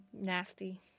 nasty